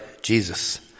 Jesus